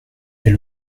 est